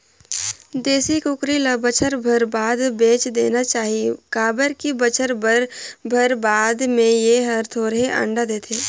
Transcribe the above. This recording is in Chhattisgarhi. देसी कुकरी ल बच्छर भर बाद बेच देना चाही काबर की बच्छर भर बाद में ए हर थोरहें अंडा देथे